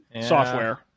software